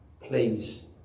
Please